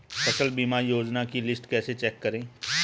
फसल बीमा योजना की लिस्ट कैसे चेक करें?